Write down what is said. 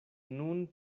nun